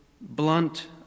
blunt